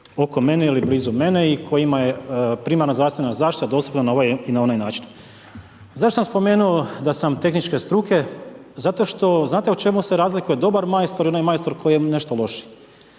oko mene ili blizu mene i kojima je primarna zdravstvena zaštita dostupna na ovaj i na onaj način. Zašto sam spomenuo da sam tehničke struke? Zato što znate u čemu se razlikuje dobar majstor i onaj majstor koji je nešto lošiji?